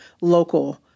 local